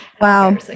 wow